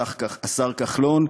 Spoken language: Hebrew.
השר כחלון,